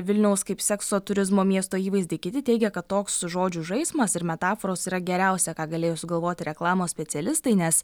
vilniaus kaip sekso turizmo miesto įvaizdį kiti teigia kad toks žodžių žaismas ir metaforos yra geriausia ką galėjo sugalvoti reklamos specialistai nes